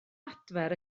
adfer